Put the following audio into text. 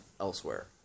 elsewhere